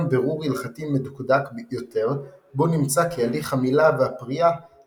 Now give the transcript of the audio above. בירור הלכתי מדוקדק יותר בו נמצא כי הליך המילה והפריעה